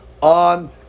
on